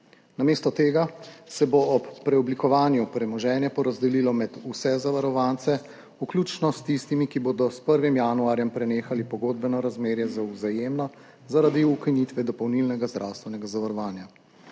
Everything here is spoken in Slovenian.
Namesto tega se bo ob preoblikovanju premoženja porazdelilo med vse zavarovance, vključno s tistimi, ki bodo s 1. januarjem prenehali pogodbeno razmerje z Vzajemno zaradi ukinitve dopolnilnega zdravstvenega zavarovanja.